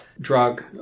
drug